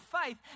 faith